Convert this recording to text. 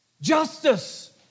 Justice